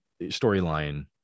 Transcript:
storyline